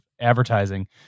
advertising